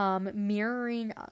Mirroring